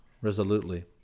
resolutely